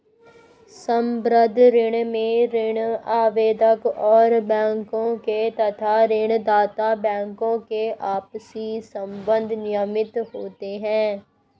संबद्ध ऋण में ऋण आवेदक और बैंकों के तथा ऋण दाता बैंकों के आपसी संबंध नियमित होते हैं